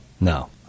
No